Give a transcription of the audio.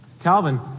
Calvin